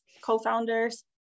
co-founders